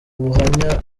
ubuhamya